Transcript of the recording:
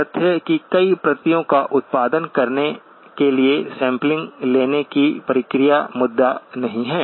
इसलिए यह तथ्य कि कई प्रतियों का उत्पादन करने के लिए सैंपलिंग लेने की प्रक्रिया मुद्दा नहीं है